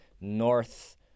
North